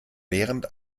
während